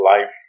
life